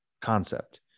concept